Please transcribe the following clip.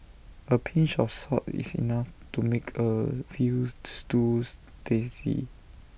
A pinch of salt is enough to make A Veal Stews tasty